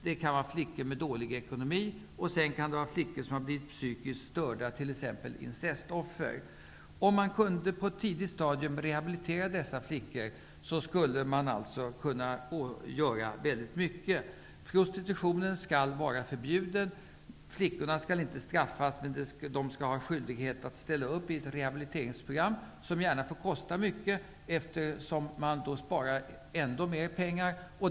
Det kan vara flickor med då lig ekonomi, och det kan vara flickor som har bli vit psykiskt störda, t.ex. incestoffer. Om man på ett tidigt stadium kunde rehabilitera dessa flickor, skulle man kunna göra väldigt mycket. Prostitutionen skall vara förbjuden. Flickorna skall inte straffas, men de skall ha skyldighet att ställa upp i rehabiliteringsprogram, som gärna får kosta mycket, eftersom man då sparar ändå mer pengar.